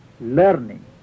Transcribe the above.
learning